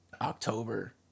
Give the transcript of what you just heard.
October